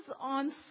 on